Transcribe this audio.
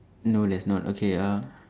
no there's not okay uh